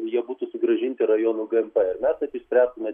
jie būtų sugrąžinti rajonų gmp ir mes taip išspręstume